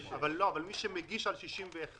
אישור לעניין סעיף 46. אבל מי שמגיש בקשה לאישור